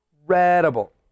incredible